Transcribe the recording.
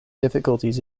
difficulties